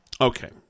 Okay